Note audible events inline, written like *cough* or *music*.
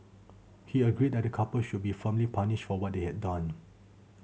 he agreed that the couple should be firmly punished for what they had done *noise*